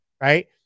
right